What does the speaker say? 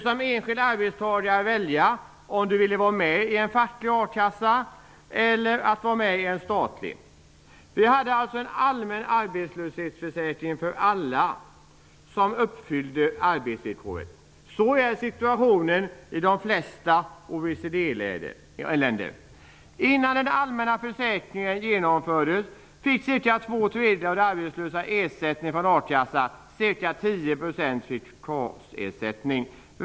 Som enskild arbetstagare kunde man välja om man ville vara med i en facklig eller i en statlig akassa. Vi hade en allmän arbetslöshetsförsäkring för alla som uppfyllde arbetsvillkoret. Så är situationen i de flesta OECD-länder. Innan den allmänna försäkringen genomfördes fick cirka två tredjedelar av de arbetslösa ersättning från a-kassa medan ca 10 % fick KAS-ersättning.